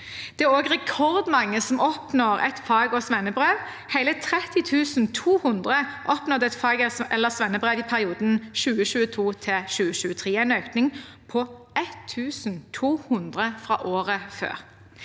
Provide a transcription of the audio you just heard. Det er også rekordmange som oppnår et fag- eller svennebrev. Hele 30 200 oppnådde et fag- eller svennebrev i perioden 2022–2023, en økning på 1 200 fra året før.